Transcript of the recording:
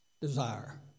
desire